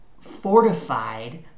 fortified